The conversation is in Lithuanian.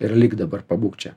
ir lik dabar pabūk čia